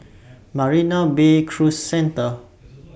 Marina Bay Cruise Centre